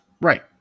Right